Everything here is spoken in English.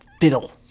fiddle